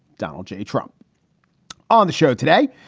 donald j. trump on the show today.